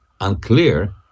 unclear